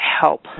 help